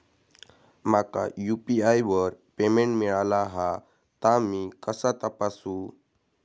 माका यू.पी.आय वर पेमेंट मिळाला हा ता मी कसा तपासू?